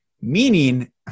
Meaning